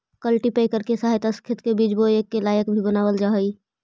cultipacker के सहायता से खेत के बीज बोए लायक भी बनावल जा हई